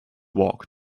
walk